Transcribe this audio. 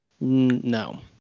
no